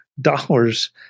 dollars